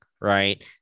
right